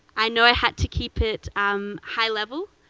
i know i had to keep it um high level.